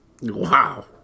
Wow